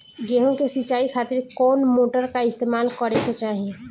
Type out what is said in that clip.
गेहूं के सिंचाई खातिर कौन मोटर का इस्तेमाल करे के चाहीं?